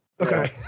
Okay